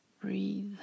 Breathe